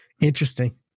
interesting